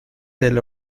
del